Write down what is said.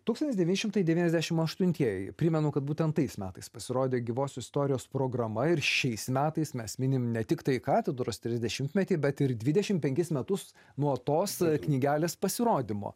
tūkstantis devyni šimtai devynisdešim aštuntieji primenu kad būtent tais metais pasirodė gyvos istorijos programa ir šiais metais mes minim ne tiktai katedros trisdešimtmetį bet ir dvidešim penkis metus nuo tos knygelės pasirodymo